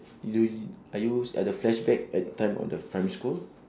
are you at the flashback at the time of the primary school